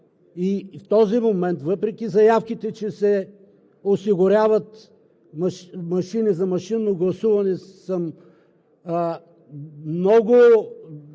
и в този момент, въпреки заявките, че се осигуряват машини за машинно гласуване, много